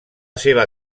seva